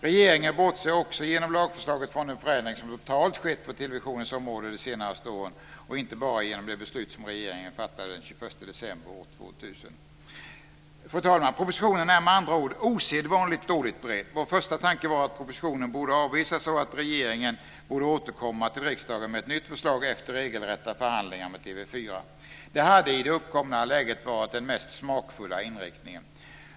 Regeringen bortser också genom lagförslaget från den förändring som totalt skett på televisionens område de senaste åren - inte bara genom det beslut som regeringen fattade den 21 december år Fru talman! Propositionen är med andra ord osedvanligt dåligt beredd. Vår första tanke var att propositionen borde avvisas och att regeringen borde återkomma till riksdagen med ett nytt förslag efter regelrätta förhandlingar med TV 4. Det hade i det uppkomna läget varit den mest smakfulla inriktningen.